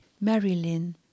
Marilyn